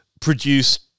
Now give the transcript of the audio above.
produced